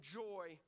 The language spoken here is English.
joy